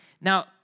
Now